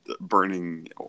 burning